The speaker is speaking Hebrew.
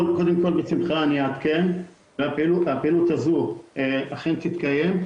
בשמחה אני אעדכן על הפעילות הזו שאכן תתקיים.